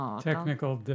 technical